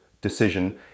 decision